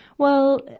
well,